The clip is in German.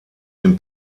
den